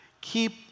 Keep